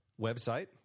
website